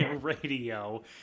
radio